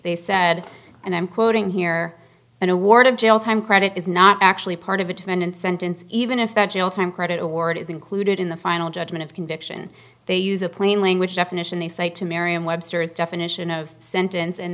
they said and i'm quoting here an award of jail time credit is not actually part of a defendant sentence even if the jail time credit award is included in the final judgment of conviction they use a plain language definition they cite to merriam webster's definition of sentence and